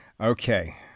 Okay